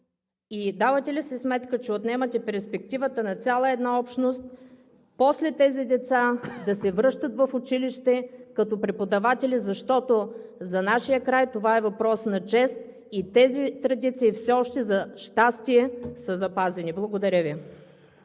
Давате ли си сметка, че отнемате перспективата на цяла една общност – тези деца после да се връщат в училище като преподаватели, защото за нашия край това е въпрос на чест и тези традиции все още, за щастие, са запазени? Благодаря Ви.